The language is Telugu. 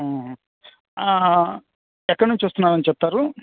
ఎక్కడ నుంచి వస్తున్నానని చెప్పారు